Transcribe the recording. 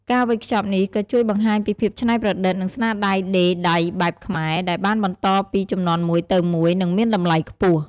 ការវេចខ្ចប់នេះក៏ជួយបង្ហាញពីភាពច្នៃប្រឌិត និងស្នាដៃដេរដៃបែបខ្មែរ ដែលបានបន្តពីជំនាន់មួយទៅមួយ និងមានតម្លៃខ្ពស់។